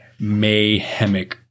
mayhemic